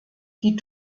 die